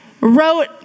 wrote